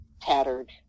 tattered